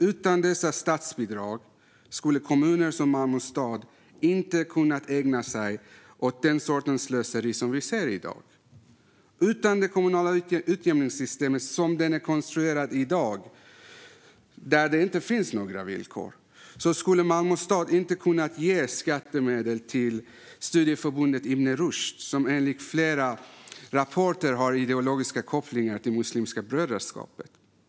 Utan dessa statsbidrag skulle kommuner som Malmö stad inte kunna ägna sig åt den sortens slöseri vi ser i dag. Utan det kommunala utjämningssystemet, där det inte finns några villkor som det är konstruerat i dag, skulle Malmö stad inte kunna ge skattemedel till studieförbundet Ibn Rushd, som enligt flera rapporter har ideologiska kopplingar till muslimska brödraskapet.